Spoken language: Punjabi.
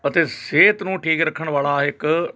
ਅਤੇ ਸਿਹਤ ਨੂੰ ਠੀਕ ਰੱਖਣ ਵਾਲਾ ਇੱਕ